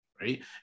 Right